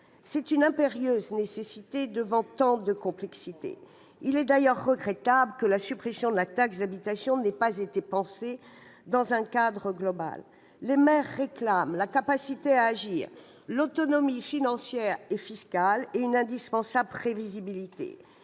est une impérieuse nécessité devant tant de complexité ! Il est d'ailleurs regrettable que la suppression de la taxe d'habitation n'ait pas été pensée dans un cadre global. Les maires réclament la capacité à agir, l'autonomie financière et fiscale et une indispensable prévisibilité.